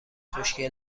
خشکی